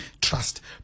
trust